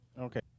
Okay